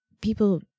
people